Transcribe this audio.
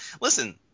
listen